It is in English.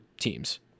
teams